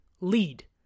lead